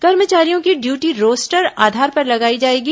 कर्मचारियों की duty roster आधार पर लगाई जाएगी